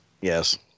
Yes